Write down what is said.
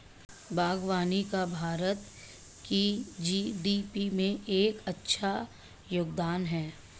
बागवानी का भारत की जी.डी.पी में एक अच्छा योगदान है